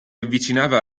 avvicinava